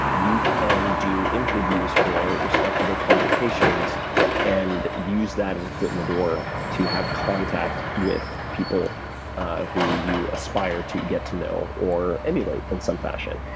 you can do interviews for respectable publications and use that as a foot in the door to have contact with people who you aspire to get to know or emulate in some fashion.